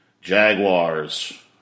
Jaguars